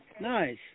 Nice